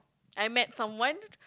I met from one